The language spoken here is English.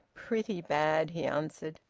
pretty bad, he answered.